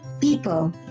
people